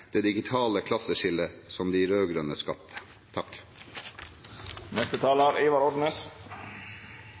det digitale klasseskillet som de rød-grønne skapte.